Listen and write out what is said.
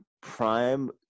prime